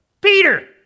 Peter